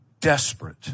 desperate